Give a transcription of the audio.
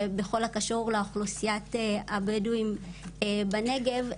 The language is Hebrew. שבכל הקשור לאוכלוסיית הבדואים בנגב,